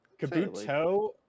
Kabuto